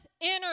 inner